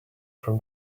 from